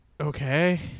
Okay